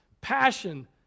passion